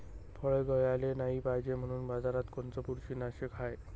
फळं गळाले नाही पायजे म्हनून बाजारात कोनचं बुरशीनाशक हाय?